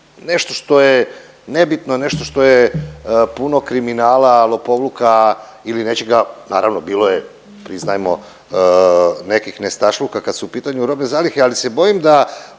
nešto što je nebitno, nešto što je puno kriminala, lopovluka ili nečega, naravno, bilo je, priznajemo, nekih nestašluka kad su u pitanju robne zalihe, ali se bojim da